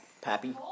Pappy